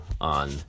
on